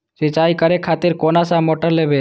सीचाई करें खातिर कोन सा मोटर लेबे?